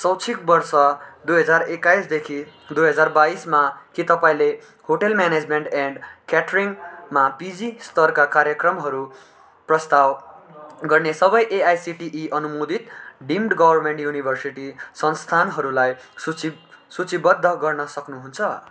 शैक्षिक वर्ष दुई हजार एक्काइसदेखि दुई हजार बाइसमा के तपाईँले होटेल म्यानेजमेन्ट एन्ड क्याटरिङमा पिजी स्तरका कार्यक्रमहरू प्रस्ताव गर्ने सबै एआइसिटिई अनुमोदित डिम्ड गभर्मेन्ट युनिभर्सिटी संस्थानहरूलाई सूची सूचीबद्ध गर्न सक्नुहुन्छ